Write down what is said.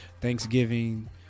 thanksgiving